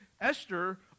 Esther